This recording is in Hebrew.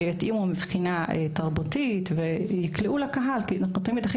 שיתאימו מבחינה תרבותית ויקלעו לקהל כי הכי